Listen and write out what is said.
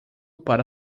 para